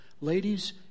ladies